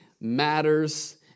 matters